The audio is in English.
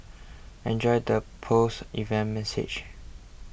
enjoy the post event massage